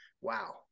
wow